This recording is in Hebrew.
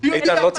לא רק